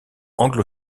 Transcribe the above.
anglo